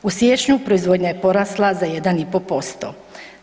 U siječnju, proizvodnja je porasla za 1,5%